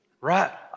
Right